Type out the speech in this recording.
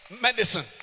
medicine